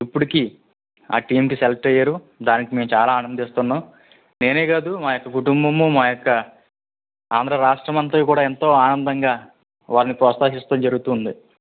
ఇప్పటికి ఆ టీమ్కి సెలెక్ట్ అయ్యారు దానికి మేము చాలా ఆనందిస్తున్నాం నేనే గాదు మాయోక్క కుటుంబము మా యొక్క ఆంధ్రరాష్ట్రమంతయు కూడా ఎంతో ఆనందంగా వారిని ప్రోత్సహిస్తూ జరుగుతూ ఉంది